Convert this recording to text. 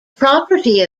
property